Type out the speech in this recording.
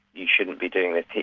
you shouldn't be doing this.